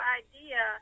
idea